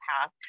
path